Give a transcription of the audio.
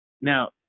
Now